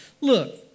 Look